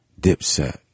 Dipset